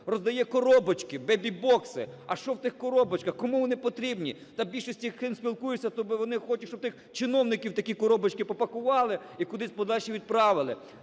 Роздає коробочки, "бебі-бокси". А що в тих коробочках? Кому вони потрібні? Та більшість, з ким спілкуєшся, то вони хочуть, щоби тих чиновників в такі коробочки попакували і кудись подальше відправили.